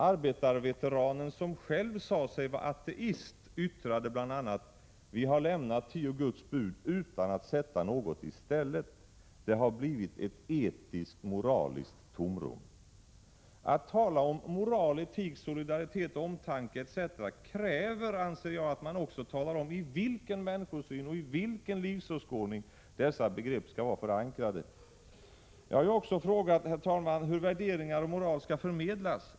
Arbetarveteranen, som själv sade sig vara ateist, yttade bl.a.: ”Vi har lämnat tio Guds bud utan att sätta något i stället. Det har blivit ett etiskt-moraliskt tomrum.” När man talar om moral, etik, solidaritet, omtanke etc. krävs det, anser jag, att man också talar om i vilken människosyn och i vilken livsåskådning dessa begrepp skall vara förankrade. Jag har också frågat, herr talman, hur moral och värderingar skall förmedlas.